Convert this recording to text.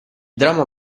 dramma